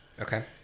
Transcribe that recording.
Okay